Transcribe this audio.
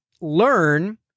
learn